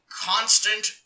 constant